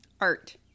art